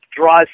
draws